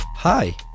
Hi